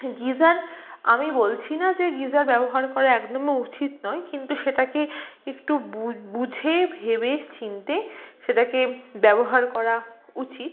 geyser আমি বলছি না যে গিজার ব্যবহার করা একদমই উচিত নয় কিন্তু সেটাকে একটু বুঝে ভেবে চিন্তে সেটাকে ব্যবহার করা উচিত